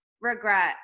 regret